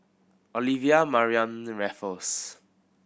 Olivia Mariamne Raffles